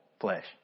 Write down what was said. flesh